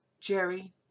Jerry